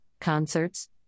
concerts